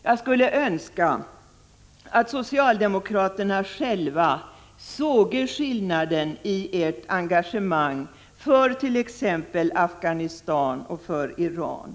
Jag skulle önska att ni socialdemokrater själva såge skillnaden i ert engagemang för t.ex. Afghanistan och för Iran.